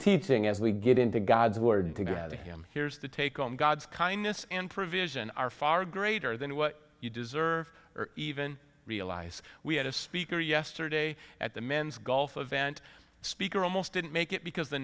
teaching as we get into god's word together him here is to take on god's kindness and provision are far greater than what you deserve or even realize we had a speaker yesterday at the men's golf event speaker almost didn't make it because the